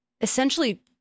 essentially